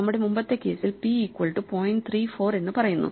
നമ്മുടെ മുമ്പത്തെ കേസിൽ p ഈക്വൽ റ്റു പോയിന്റ് 3 4 എന്ന് പറയുന്നു